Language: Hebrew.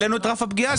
העלינו את רף הפגיעה.